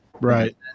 Right